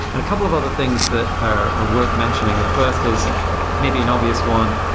a couple of other things that are worth mentioning, the first is maybe an obvious one.